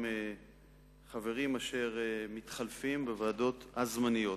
חברים אשר מתחלפים בוועדות הזמניות.